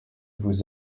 vous